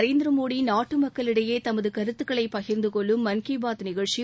நரேந்திர மோடி நாட்டு மக்களிடையே தனது கருத்துக்களை பகிர்ந்து கொள்ளும் மன் கி பாத் நிகழ்ச்சி